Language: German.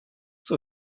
zur